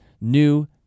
new